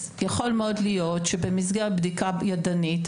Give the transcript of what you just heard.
יכול מאוד להיות שבמסגרת בדיקה ידנית,